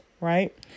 right